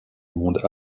monde